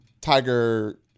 Tiger